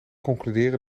concluderen